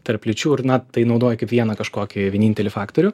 tarp lyčių ir na tai naudoji kaip vieną kažkokį vienintelį faktorių